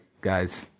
guys